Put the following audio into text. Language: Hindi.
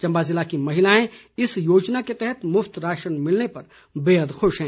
चम्बा जिले की महिलाएं इस योजना के तहत मुफ्त राशन मिलने पर बेहद खुश हैं